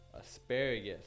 asparagus